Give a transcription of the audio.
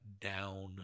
down